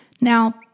Now